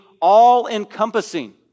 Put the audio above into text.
all-encompassing